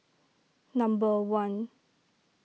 number one